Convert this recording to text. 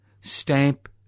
stamp